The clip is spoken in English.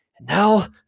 Now